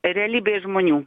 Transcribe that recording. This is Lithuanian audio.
realybėj žmonių